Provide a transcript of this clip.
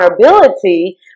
vulnerability